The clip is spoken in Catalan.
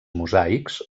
mosaics